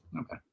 Okay